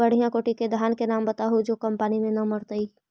बढ़िया कोटि के धान के नाम बताहु जो कम पानी में न मरतइ?